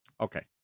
Okay